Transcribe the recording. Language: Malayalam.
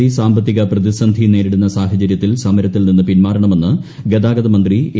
സി സാമ്പത്തിക പ്രതിസന്ധി നേരിടുന്ന സാഹചര്യത്തിൽ സമരത്തിൽ നിന്ന് പിന്മാറണമെന്ന് ഗതാഗതമന്ത്രി എ